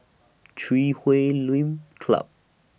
Chui Huay Lim Club